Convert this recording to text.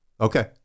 Okay